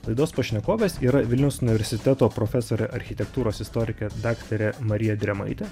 laidos pašnekovės yra vilniaus universiteto profesorė architektūros istorikė daktarė marija drėmaitė